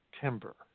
timber